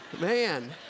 Man